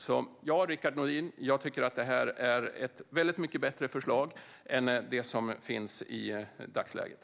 Så ja, Rickard Nordin, jag tycker att detta är ett mycket bättre förslag än det förslag som finns i dagsläget.